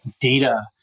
data